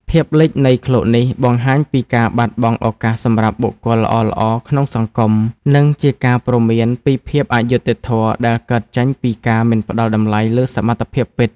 ភាពលិចនៃឃ្លោកនេះ បង្ហាញពីការបាត់បង់ឱកាសសម្រាប់បុគ្គលល្អៗក្នុងសង្គម និងជាការព្រមានពីភាពអយុត្តិធម៌ដែលកើតចេញពីការមិនផ្តល់តម្លៃលើសមត្ថភាពពិត។